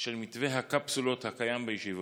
של מתווה הקפסולות הקיים בישיבות.